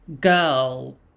girl